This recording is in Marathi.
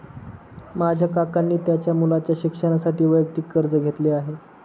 माझ्या काकांनी त्यांच्या मुलाच्या शिक्षणासाठी वैयक्तिक कर्ज घेतले आहे